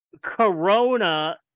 corona